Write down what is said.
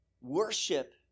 worship